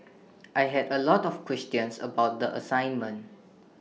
I had A lot of questions about the assignment